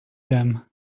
them